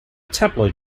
tabloid